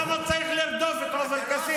למה צריך לרדוף את עופר כסיף?